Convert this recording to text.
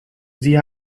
sie